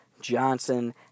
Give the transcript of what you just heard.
Johnson